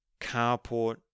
carport